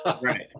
Right